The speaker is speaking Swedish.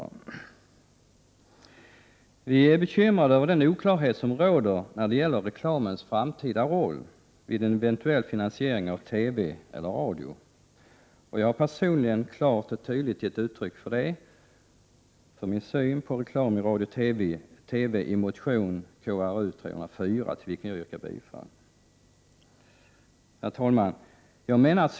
Vi i miljöpartiet är bekymrade över den oklarhet som råder när det gäller reklamens framtida roll som en eventuell finansiär av TV eller radio. Jag har personligen klart och tydligt gett uttryck för min syn på reklam i radio och TV i motion KrU304, till vilken jag yrkar bifall. Herr talman!